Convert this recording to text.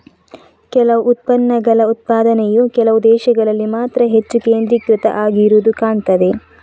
ಕೆಲವು ಉತ್ಪನ್ನಗಳ ಉತ್ಪಾದನೆಯು ಕೆಲವು ದೇಶಗಳಲ್ಲಿ ಮಾತ್ರ ಹೆಚ್ಚು ಕೇಂದ್ರೀಕೃತ ಆಗಿರುದು ಕಾಣ್ತದೆ